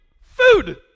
food